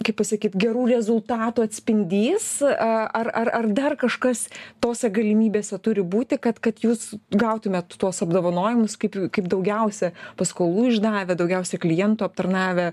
kaip pasakyt gerų rezultatų atspindys a ar ar dar kažkas tose galimybėse turi būti kad kad jūs gautumėt tuos apdovanojimus kaip kaip daugiausia paskolų išdavę daugiausia klientų aptarnavę